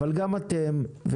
גם אתם,